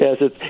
Yes